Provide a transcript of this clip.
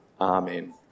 Amen